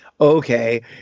okay